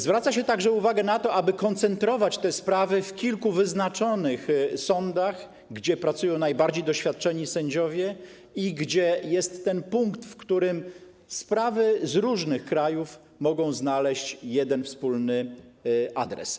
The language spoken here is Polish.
Zwraca się także uwagę na to, aby koncentrować te sprawy w kilku wyznaczonych sądach, gdzie pracują najbardziej doświadczeni sędziowie i gdzie jest ten punkt, w którym sprawy z różnych krajów mogą znaleźć wspólny adres.